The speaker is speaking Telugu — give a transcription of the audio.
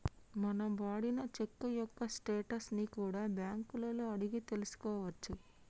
మనం వాడిన చెక్కు యొక్క స్టేటస్ ని కూడా బ్యేంకులలో అడిగి తెల్సుకోవచ్చు